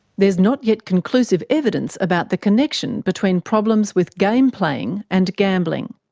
there's not yet conclusive evidence about the connection between problems with game playing and gambling.